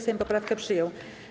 Sejm poprawkę przyjął.